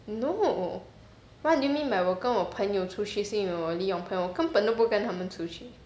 no what do you mean by 我跟我朋友出去是因为我利用朋友我根本都不跟他们出去